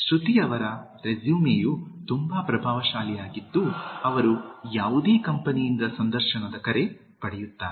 ಶ್ರುತಿಯವರ ರೆಸ್ಯುಮೇಯು ತುಂಬಾ ಪ್ರಭಾವಶಾಲಿಯಾಗಿದ್ದು ಅವರು ಯಾವುದೇ ಕಂಪನಿಯಿಂದ ಸಂದರ್ಶನ ಕರೆ ಪಡೆಯುತ್ತಾರೆ